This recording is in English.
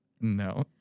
no